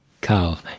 Carl